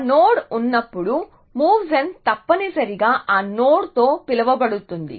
ఆ నోడ్ ఉన్నప్పుడు మూవ్జెన్ తప్పనిసరిగా ఆ నోడ్తో పిలువబడుతుంది